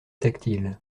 tactile